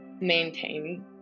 maintain